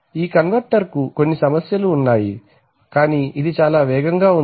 ఈ కన్వర్టర్కు కొన్ని సమస్యలు ఉన్నాయి కానీ ఇది చాలా వేగంగా ఉంది